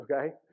okay